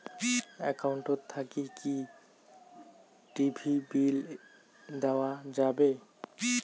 Account থাকি কি TV bill দেওয়া যাবে?